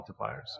multipliers